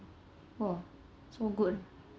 !wah! so good ah